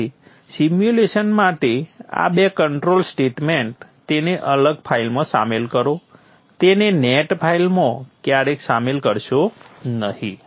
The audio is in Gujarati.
તેથી સિમ્યુલેશન માટે આ 2 કંટ્રોલ સ્ટેટમેન્ટ તેને અલગ ફાઇલમાં શામેલ કરો તેને નેટ ફાઇલમાં ક્યારેય સામેલ કરશો નહીં